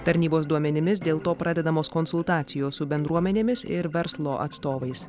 tarnybos duomenimis dėl to pradedamos konsultacijos su bendruomenėmis ir verslo atstovais